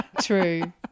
True